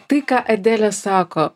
tai ką adelė sako